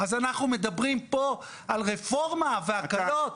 אז, אנחנו מדברים פה על רפורמה והקלות.